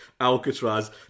Alcatraz